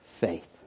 faith